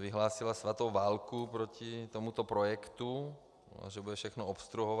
vyhlásila svatou válku proti tomuto projektu, že bude všechno obstruovat.